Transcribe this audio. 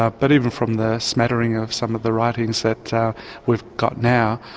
ah but even from the smattering of some of the writings that so we've got now,